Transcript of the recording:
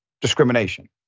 discrimination